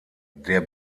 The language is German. der